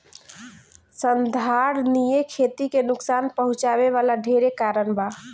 संधारनीय खेती के नुकसान पहुँचावे वाला ढेरे कारण बा